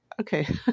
okay